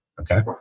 Okay